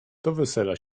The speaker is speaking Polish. wesela